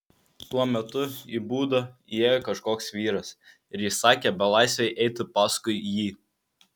tuo metu į būdą įėjo kažkoks vyras ir įsakė belaisvei eiti paskui jį